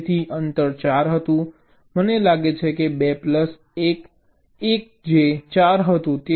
તેથી અંતર 4 હતું મને લાગે છે કે 2 પ્લસ 1 પ્લસ 1 જે 4 હતું